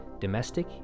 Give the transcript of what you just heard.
domestic